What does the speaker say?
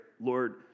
Lord